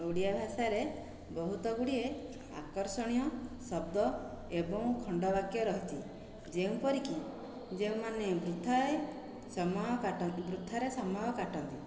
ଓଡ଼ିଆ ଭାଷାରେ ବହୁତ ଗୁଡ଼ିଏ ଆକର୍ଷଣୀୟ ଶବ୍ଦ ଏବଂ ଖଣ୍ଡବାକ୍ୟ ରହିଛି ଯେଉଁପରିକି ଯେଉଁମାନେ ବୃଥାଏ ସମୟ କାଟନ୍ତି ବୃଥାରେ ସମୟ କାଟନ୍ତି